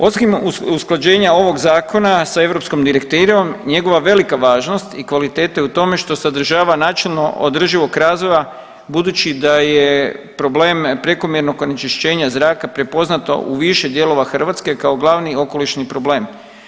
Osim usklađenja ovog zakona sa europskom direktivom njegova velika važnost i kvaliteta je u tome što sadržava načelo održivog razvoja budući da je problem prekomjernog onečišćenja zraka prepoznato u više dijelova Hrvatske kao glavni okolišni problem.